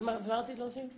כן, מה רצית להוסיף?